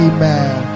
Amen